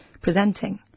presenting